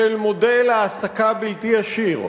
של מודל העסקה בלתי ישיר,